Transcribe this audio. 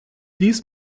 dies